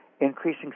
Increasing